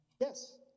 Yes